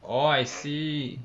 orh I see